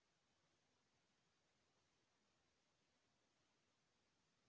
काली माटी म फेर ले फसल उगाए बर का करेला लगही?